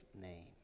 name